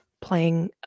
playing